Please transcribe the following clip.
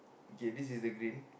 okay this is the green